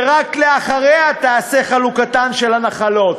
ורק אחריה תיעשה חלוקתן של הנחלות.